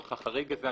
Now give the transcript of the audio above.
לצורך החריג הזה.